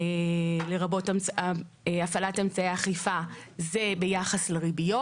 לרבות הפעלת אמצעי אכיפה - זה ביחס לריביות.